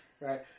Right